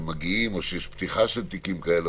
כאשר יש פתיחה של תיקים כאלה.